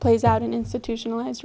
plays out in institutionalized